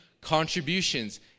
contributions